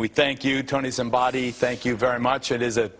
we thank you tony somebody thank you very much it is a